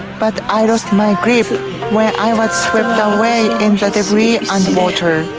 but i lost my grip when i was swept away in the debris and water.